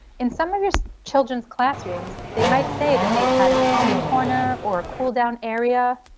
in some of your children's classrooms they might say that they've had a common corner or cool down area.